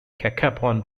cacapon